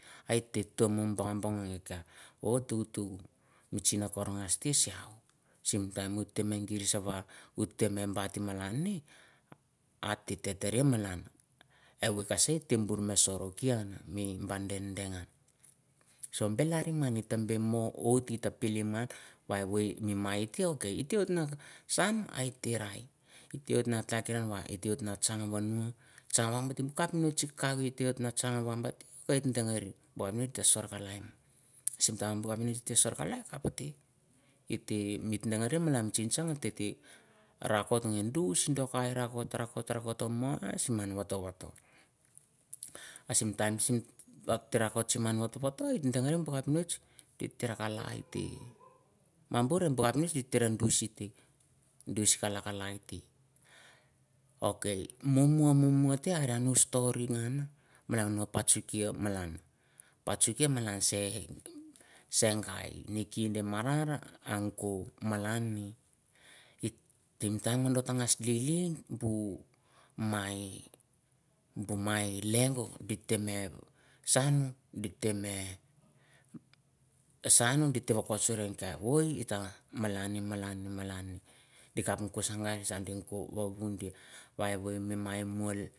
Hi teh tah mong boh ah bah gehe kih yah, tuk tuk mi chen korr gash yeh, sim time abteh meks imsim sa wah, hay tey meh baht ma malaneh. hateh yeh yerreh malan, wahai che sha teh borr mah sorkkeh han, mi bah dang, dang han sot beh larim gan, hite beh moh wath hatah pilim han wai weh mai teh waiht mah sahn oh bah eapnist coh coh coh. atehwhah tsan wah bih teh dangehmeh. Bah capnist ateh sorh kalai sim time bah capmist giteh sorh dus, doh kai rakot rakot rakot mur rah sim mahn coohtoh woh toh. ah capmist, eah yeh rah cah lai teh, mam burr buh stori gan malan oh pots kih yoaa malau, pah kih malau seh gai cea ih madarr hang coh malan mi. Sim yime doh tah gas lili mai leah di teh meh sah, di teh meh. sabu giteh meh woh kot sun hi geh kiyh, wah itah malani, malani, malani. Dih kaph coh sim garrh sande gih coh, woh win deh, waih mi mai nuuh